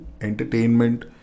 entertainment